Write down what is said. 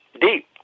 deep